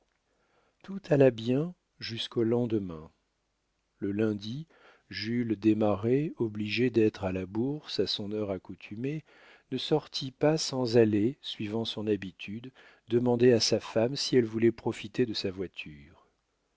tout alla bien jusqu'au lendemain le lundi jules desmarets obligé d'être à la bourse à son heure accoutumée ne sortit pas sans aller suivant son habitude demander à sa femme si elle voulait profiter de sa voiture